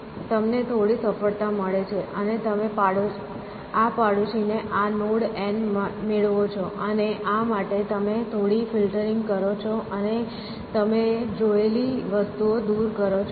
અને તમને થોડી સફળતા મળે છે તમે આ પડોશીને આ નોડ n મેળવો છો અને આ માટે તમે થોડી ફિલ્ટરિંગ કરો છો અને તમે જોયેલી વસ્તુઓ દૂર કરો છો